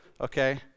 okay